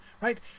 right